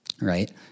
Right